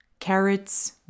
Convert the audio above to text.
Carrots